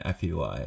FUI